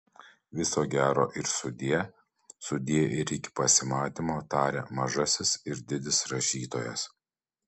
viso gero ir sudie sudie ir iki pasimatymo taria mažasis ir didis rašytojas